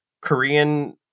korean